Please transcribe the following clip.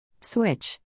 Switch